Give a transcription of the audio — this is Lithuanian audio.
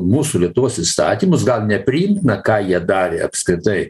mūsų lietuvos įstatymus gal nepriimtina ką jie darė apskritai